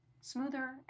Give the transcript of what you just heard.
smoother